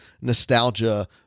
nostalgia